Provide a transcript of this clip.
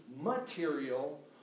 material